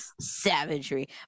savagery